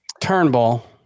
Turnbull